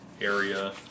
area